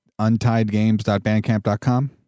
untiedgames.bandcamp.com